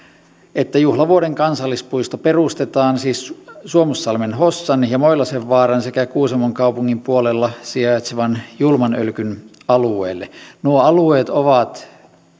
että juhlavuoden kansallispuisto perustetaan siis suomussalmen hossan ja moilasenvaaran sekä kuusamon kaupungin puolella sijaitsevan julman ölkyn alueelle nuo alueet ovat